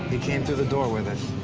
he came through the door with us.